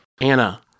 Anna